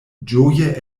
ĝoje